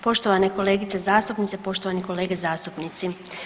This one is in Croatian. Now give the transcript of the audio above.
Poštovane kolegice zastupnice, poštovani kolege zastupnici.